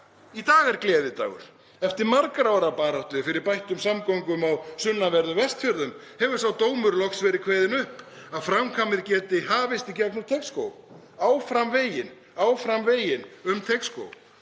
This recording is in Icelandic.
Í dag er gleðidagur. Eftir margra ára baráttu fyrir bættum samgöngum á sunnanverðum Vestfjörðum hefur sá dómur loks verið kveðinn upp að framkvæmdir geti hafist í gegnum Teigsskóg. Áfram veginn um